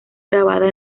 grabada